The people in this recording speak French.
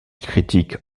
critique